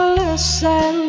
listen